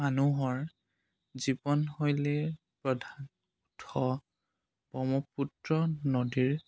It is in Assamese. মানুহৰ জীৱনশৈলীৰ প্ৰধান উৎস ব্ৰহ্মপুত্ৰ নদীৰ